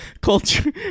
Culture